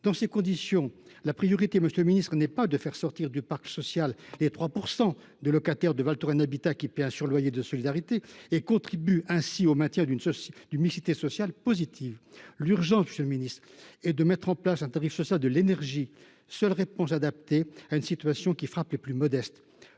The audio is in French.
Dans ces conditions, la priorité n’est pas, monsieur le secrétaire d’État, de faire sortir du parc social les 3 % des locataires de Val Touraine Habitat, qui paient un surloyer de solidarité et qui contribuent ainsi au maintien d’une mixité sociale positive ; l’urgence est de mettre en place un tarif social de l’énergie, seule réponse adaptée à une situation qui frappe les plus modestes.